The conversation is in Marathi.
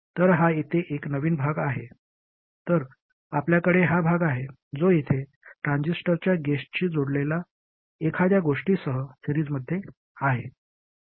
तर हा येथे एक नवीन भाग आहे तर आपल्याकडे हा भाग आहे जो येथे ट्रान्झिस्टरच्या गेटशी जोडलेल्या एखाद्या गोष्टीसह सिरीजमध्ये आहे